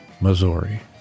Missouri